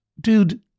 dude